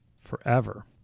forever